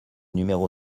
numéro